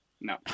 No